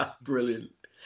brilliant